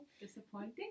Disappointing